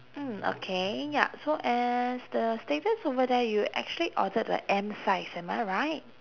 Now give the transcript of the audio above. mm okay ya so as the status over there you actually ordered a M size am I right